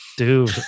dude